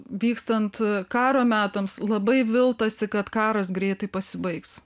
vykstant karo metams labai viltasi kad karas greitai pasibaigs